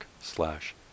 slash